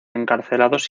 encarcelados